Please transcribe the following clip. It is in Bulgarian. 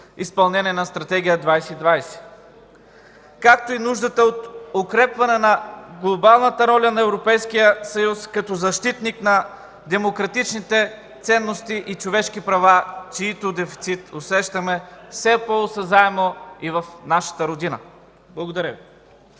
изпълнение на Стратегия „2020”, както и нуждата от укрепване на глобалната роля на Европейския съюз като защитник на демократичните ценности и човешки права, чиито дефицит усещаме все по-осезаемо и в нашата родина. Благодаря Ви.